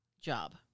job